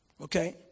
Okay